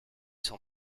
son